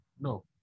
No